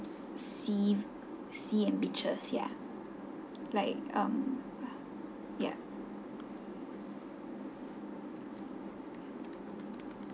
see sea and beaches ya like um ya